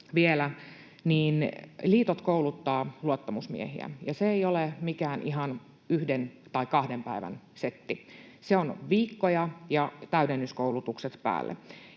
liitot kouluttavat luottamusmiehiä, ja se ei ole mikään ihan yhden tai kahden päivän setti. Se on viikkoja, ja täydennyskoulutukset päälle.